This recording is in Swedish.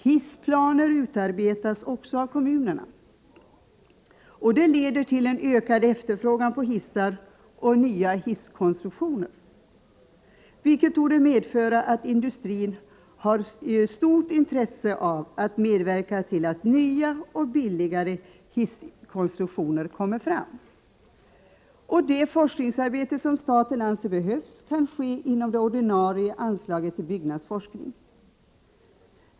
Hissplaner utarbetas också av kommunerna. Detta leder till en ökad efterfrågan på hissar och nya hisskonstruktioner, vilket torde medföra att industrin har stort intresse av att medverka till att nya och billigare hisskonstruktioner kommer fram. Det forskningsarbete som staten anser behövs, kan ske inom det ordinarie anslaget till byggforskning.